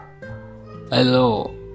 hello